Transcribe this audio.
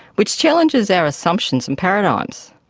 which challenges our assumptions and paradigms.